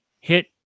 hit